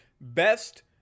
best